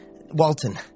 Walton